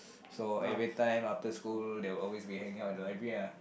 so every time after school they will always be hanging out at the library lah